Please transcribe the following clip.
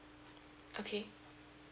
okay